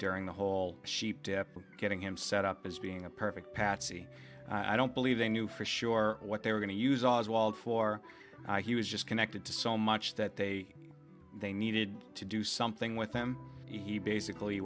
during the whole sheep dip getting him set up as being a perfect patsy i don't believe they knew for sure what they were going to use oswald for he was just connected to so much that they they needed to do something with him he basically